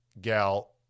gal